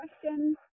questions